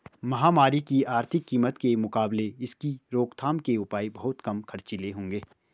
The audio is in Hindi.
महामारी की आर्थिक कीमत के मुकाबले इसकी रोकथाम के उपाय बहुत कम खर्चीले होंगे